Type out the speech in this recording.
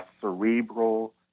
cerebral